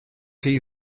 chi